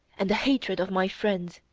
and the hatred of my friends,